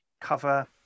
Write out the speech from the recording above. cover